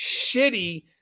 shitty